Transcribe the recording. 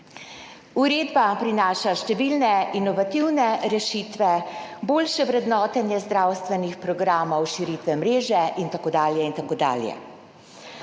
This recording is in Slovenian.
Uredba prinaša številne inovativne rešitve, boljše vrednotenje zdravstvenih programov, širitve mreže in tako dalje.